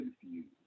confused